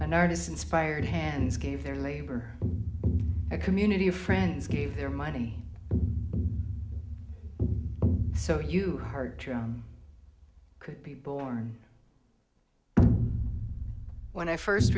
an artist inspired hands gave their labor a community of friends gave their money so you heard could be born when i first